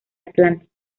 atlántico